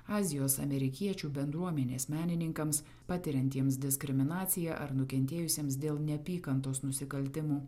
azijos amerikiečių bendruomenės menininkams patiriantiems diskriminaciją ar nukentėjusiems dėl neapykantos nusikaltimų